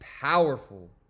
powerful